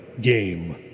game